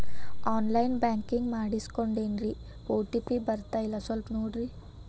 on line banking ಮಾಡಿಸ್ಕೊಂಡೇನ್ರಿ OTP ಬರ್ತಾಯಿಲ್ಲ ಸ್ವಲ್ಪ ನೋಡ್ರಿ